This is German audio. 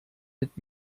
mit